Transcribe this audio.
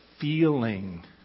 feeling